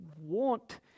want